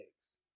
eggs